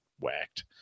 whacked